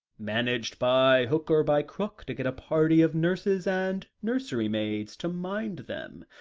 managed by hook or by crook to get a party of nurses and nurserymaids to mind them,